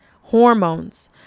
hormones